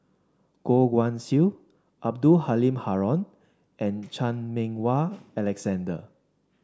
Goh Guan Siew Abdul Halim Haron and Chan Meng Wah Alexander